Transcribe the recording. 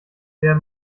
der